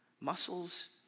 muscles